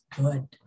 good